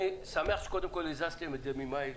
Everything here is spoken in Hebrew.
אני שמח שהזזתם את זה ממאי.